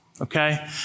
okay